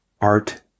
art